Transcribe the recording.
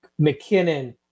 McKinnon